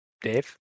Dave